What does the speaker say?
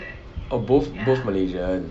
oh oh both malaysian